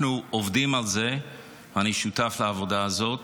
אנחנו עובדים על זה, אני שותף לעבודה הזאת,